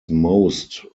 most